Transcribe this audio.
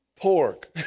Pork